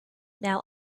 now